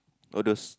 all those